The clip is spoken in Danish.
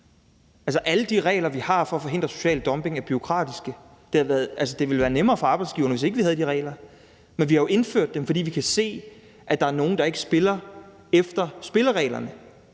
alle de regler, vi har for at forhindre social dumping, er bureaukratiske. Det ville være nemmere for arbejdsgiverne, hvis ikke vi havde de regler; men vi har jo indført dem, fordi vi kan se, at der er nogen, der ikke spiller efter spillereglerne.